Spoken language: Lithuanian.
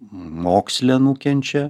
moksle nukenčia